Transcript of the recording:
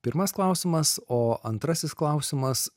pirmas klausimas o antrasis klausimas